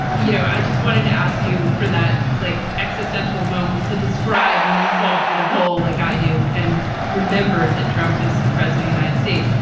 you know, i just wanted to ask you for that, like, existential moment to describe when you fall through the hole like i do, and remember that trump is the president, united states.